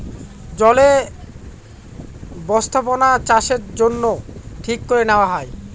জলে বস্থাপনাচাষের জন্য ঠিক করে নেওয়া হয়